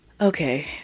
Okay